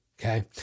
Okay